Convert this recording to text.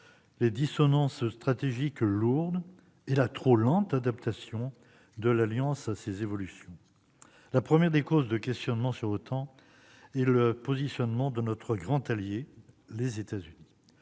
les dissonances stratégiques lourdes et la trop lente adaptation de l'OTAN à ces évolutions. La première cause de questionnement sur l'OTAN est le positionnement de notre grand allié, les États-Unis.